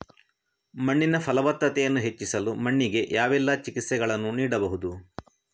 ಮಣ್ಣಿನ ಫಲವತ್ತತೆಯನ್ನು ಹೆಚ್ಚಿಸಲು ಮಣ್ಣಿಗೆ ಯಾವೆಲ್ಲಾ ಚಿಕಿತ್ಸೆಗಳನ್ನು ನೀಡಬಹುದು?